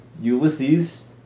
Ulysses